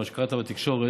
מה שקראת בתקשורת,